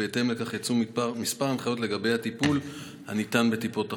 בהתאם לכך יצאו כמה הנחיות לגבי הטיפול הניתן בטיפות החלב.